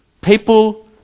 people